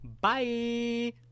Bye